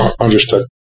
understood